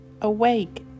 Awake